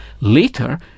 Later